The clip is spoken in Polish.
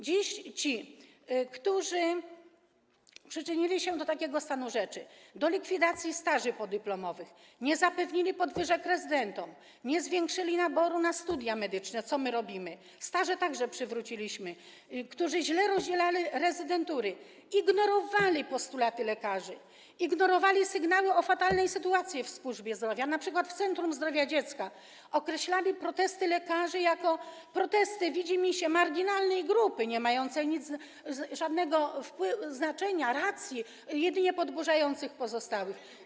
Dzisiaj ci wszyscy, którzy przyczynili się do takiego stanu rzeczy, do likwidacji staży podyplomowych, którzy nie zapewnili podwyżek rezydentom, nie zwiększyli naboru na studia medyczne, co my robimy, staże także przywróciliśmy, którzy źle rozdzielali rezydentury, ignorowali postulaty lekarzy, ignorowali sygnały o fatalnej sytuacji w służbie zdrowia, np. w Centrum Zdrowia Dziecka, określali protesty lekarzy jako protesty marginalnej grupy niemające żadnego znaczenia, racji, jedynie podburzające pozostałych.